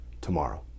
tomorrow